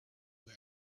who